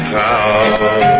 town